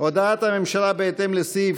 הודעת הממשלה בהתאם לסעיף